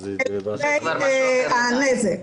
לגבי הנזק,